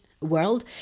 world